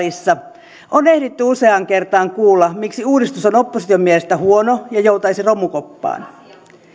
tässäkin salissa on ehditty useaan kertaan kuulla miksi uudistus on opposition mielestä huono ja joutaisi romukoppaan